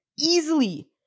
easily